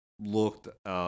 looked